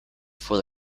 for